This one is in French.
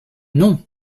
non